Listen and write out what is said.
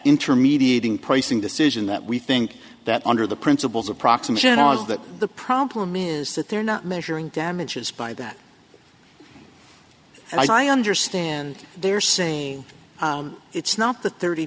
intermediating pricing decision that we think that under the principles approximation was that the problem is that they're not measuring damages by that and i understand they're saying it's not the thirty